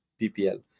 PPL